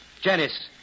Janice